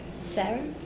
Sarah